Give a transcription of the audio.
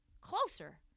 closer